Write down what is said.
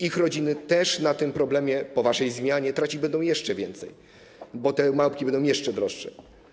Ich rodziny też na tym po waszej zmianie tracić będą jeszcze więcej, bo te małpki będą jeszcze droższe.